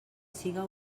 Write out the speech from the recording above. siga